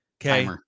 Okay